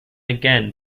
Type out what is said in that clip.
again